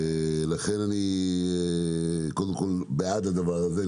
לכן אני קודם כל בעד הדבר הזה.